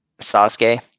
Sasuke